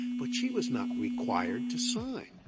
but she was not required to sign.